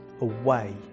away